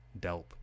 delp